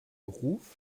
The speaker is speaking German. beruf